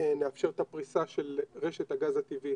נאפשר את הפריסה של רשת הגז הטבעי